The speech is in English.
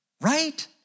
right